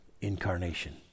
incarnation